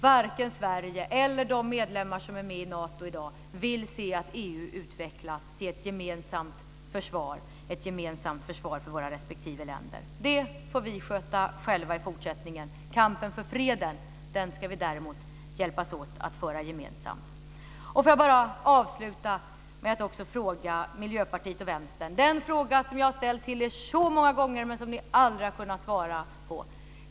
Varken Sverige eller de medlemmar som är med i Nato i dag vill se att EU utvecklas till ett gemensamt försvar för våra respektive länder. Det får vi sköta själva i fortsättningen. Kampen för freden ska vi däremot hjälpas åt att föra gemensamt. Får jag bara avsluta med att också ställa en fråga till Miljöpartiet och Vänstern. Det är den fråga som jag har ställt till er så många gånger men som ni aldrig har kunnat svara på.